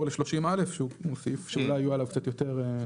ל-30א שהוא סעיף שאולי יהיו עליו קצת יותר.